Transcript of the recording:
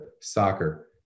soccer